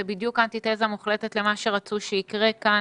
זה בדיוק אנטיתזה מוחלטת למה שרצו שיקרה כאן.